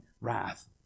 wrath